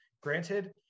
Granted